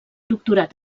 doctorat